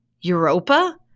Europa